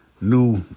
new